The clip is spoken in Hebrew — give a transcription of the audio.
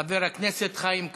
חבר הכנסת חיים כץ.